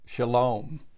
Shalom